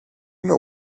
know